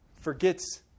forgets